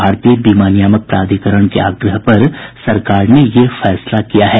भारतीय बीमा नियामक प्राधिकरण के आग्रह पर सरकार ने यह फैसला किया है